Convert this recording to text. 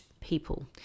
people